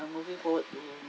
are moving forward to